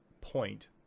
point